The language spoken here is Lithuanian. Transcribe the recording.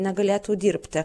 negalėtų dirbti